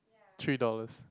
three dollars